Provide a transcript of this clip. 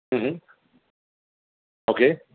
okay